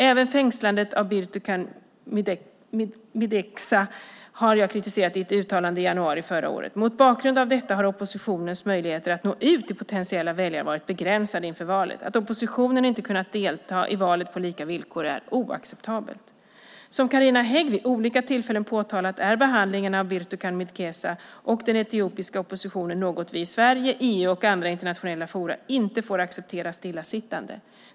Även fängslandet av Birtukan Mideksa har jag kritiserat i ett uttalande i januari förra året. Mot bakgrund av detta har oppositionens möjligheter att nå ut till potentiella väljare varit begränsade inför valet. Att oppositionen inte kunnat delta i valet på lika villkor är oacceptabelt. Som Carina Hägg vid olika tillfällen påtalat är behandlingen av Birtukan Mideksa och den etiopiska oppositionen något vi i Sverige, EU och andra internationella forum inte får acceptera stillasittande.